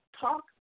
talk